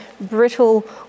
brittle